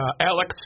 Alex